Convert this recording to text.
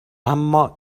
اما